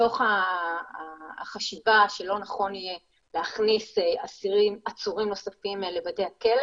מתוך החשיבה שלא נכון יהיה להכניס עצורים נוספים לבתי הכלא